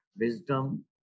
wisdom